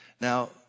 Now